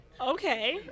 Okay